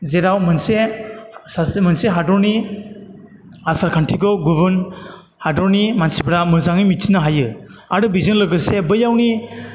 जेराव मोनसे सासे मोनसे हादरनि आसारखान्थिखौ गुबुन हादरनि मानसिफ्रा मोजाङै मिथिनो हायो आरो बेजों लोगोसे बैयावनि